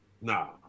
Nah